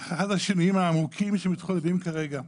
אחד השינויים העמוקים שמתחוללים כרגע.